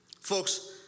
Folks